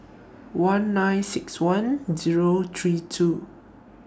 one nine six one Zero three two